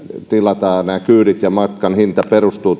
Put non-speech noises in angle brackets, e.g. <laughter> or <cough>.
tilataan kyydit kun matkan hinta perustuu <unintelligible>